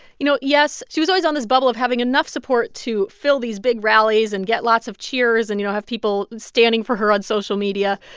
you know, yes, she was always on this bubble of having enough support to fill these big rallies and get lots of cheers and, you know, have people stanning for her on social media,